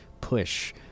push